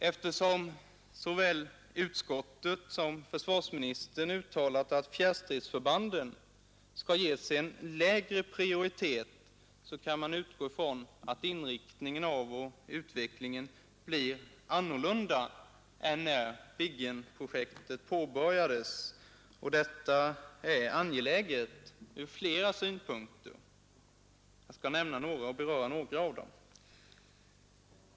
Eftersom såväl utskottet som försvarsministern uttalat att fjärrstridsförbanden skall ges en lägre prioritet, kan man utgå ifrån att inriktningen och utvecklingen blir annorlunda än när Viggenprojektet påbörjades. Detta är angeläget ur flera synpunkter. Jag skall beröra några av dem.